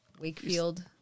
Wakefield